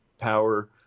power